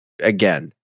again